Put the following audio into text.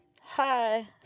Hi